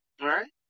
Right